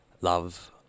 love